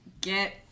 Get